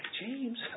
James